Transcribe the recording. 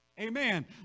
Amen